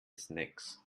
snacks